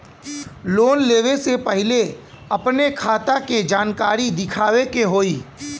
Loan लेवे से पहिले अपने खाता के जानकारी दिखावे के होई?